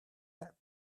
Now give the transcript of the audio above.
that